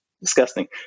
disgusting